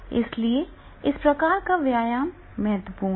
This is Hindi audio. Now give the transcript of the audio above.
इसलिए इस प्रकार का व्यायाम महत्वपूर्ण है